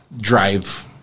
drive